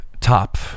top